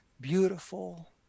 beautiful